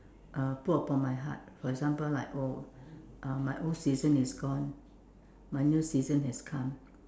uh put upon my heart for example like oh uh my old season is gone my new season has come